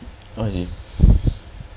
oh yeah